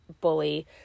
bully